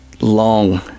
long